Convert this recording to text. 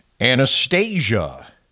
Anastasia